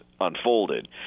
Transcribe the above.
unfolded